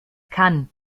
kann